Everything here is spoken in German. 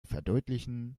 verdeutlichen